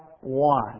one